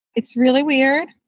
it's really weird.